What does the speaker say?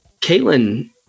Caitlin